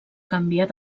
canviar